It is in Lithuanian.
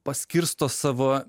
paskirsto savo